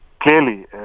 clearly